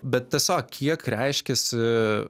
bet tiesiog kiek reiškiasi